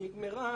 נגמרה.